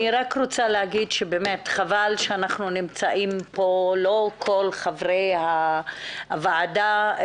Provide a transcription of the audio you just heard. חבל שלא כל חברי הוועדה נמצאים פה,